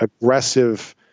aggressive